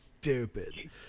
stupid